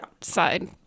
side